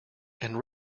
and